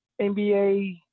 NBA